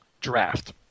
Draft